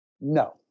No